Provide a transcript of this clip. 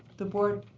the board